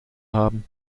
haben